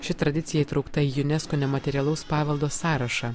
ši tradicija įtraukta į unesco nematerialaus paveldo sąrašą